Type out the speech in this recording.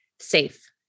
safe